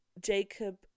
Jacob